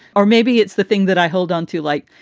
or maybe it's the thing that i hold on to like.